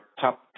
top